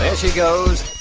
she goes,